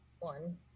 One